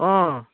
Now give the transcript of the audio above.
অঁ